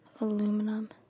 Aluminum